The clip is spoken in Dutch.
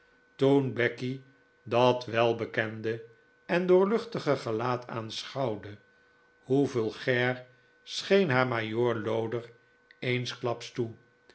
toen becky dat welbekende en doorluchtige gelaat aanschouwde hoe vulgair scheen haar majoor loder eensklaps toe